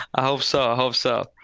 i hope so. i hope so.